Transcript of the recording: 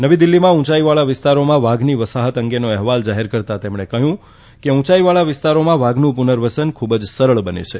નવી દિલ્હીમાં ઉંચાઈવાળા વિસ્તારોમાં વાઘની વસાહત અંગેનો અહેવાલ જાહેર કરતાં તેમણે કહયું કે ઉંચાઈવાળા વિસ્તારોમાં વાઘનું પુનર્વસન ખુબ જ સરળ બને છે